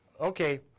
Okay